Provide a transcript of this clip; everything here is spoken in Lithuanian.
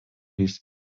jis